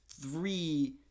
three